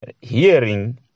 hearing